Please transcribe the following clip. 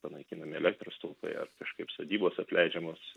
panaikinami elektros stulpai ar kažkaip sodybos atleidžiamos